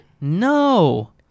No